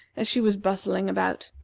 as she was bustling about.